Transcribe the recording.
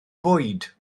bwyd